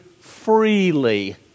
freely